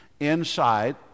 inside